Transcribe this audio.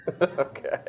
Okay